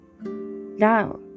Now